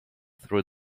through